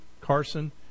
Carson